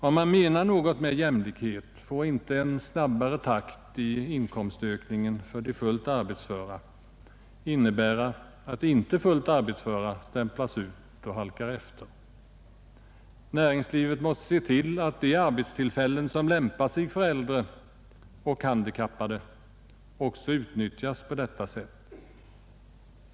Om man menar något med talet om jämlikhet får inte en snabbare takt i inkomstökningen för de fullt arbetsföra innebära att de inte fullt arbetsföra stämplas ut och halkar efter. Näringslivet måste se till att de arbetstillfällen som lämpar sig för äldre och handikappade också utnyttjas på detta sätt.